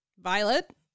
Violet